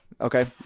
Okay